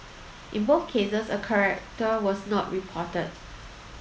in both cases a character was not reported